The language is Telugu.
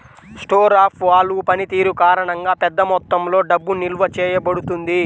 స్టోర్ ఆఫ్ వాల్వ్ పనితీరు కారణంగా, పెద్ద మొత్తంలో డబ్బు నిల్వ చేయబడుతుంది